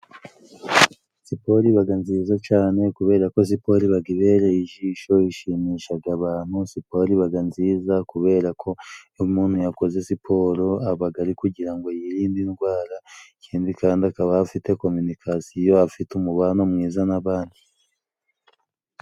Siporo ibaga nziza cane kubera ko siporo ibaga ibereye ijisho ishimishaga abantu siporo ibaga nziza kubera ko iyo umuntu yakoze siporo abaga arikugirango yirinde indwara ikindi kandi akaba afite kominikasiyo afite umubano mwiza n'abandi